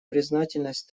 признательность